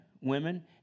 women